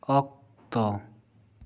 ᱚᱠᱛᱚ